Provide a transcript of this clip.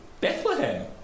Bethlehem